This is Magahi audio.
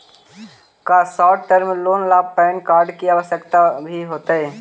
का शॉर्ट टर्म लोन ला पैन कार्ड की आवश्यकता भी होतइ